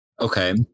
Okay